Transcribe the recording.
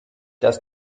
dass